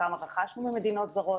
כמה רכשנו ממדינות זרות,